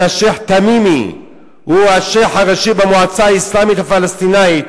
שהשיח' תמימי הוא השיח' הראשי במועצה האסלאמית הפלסטינית,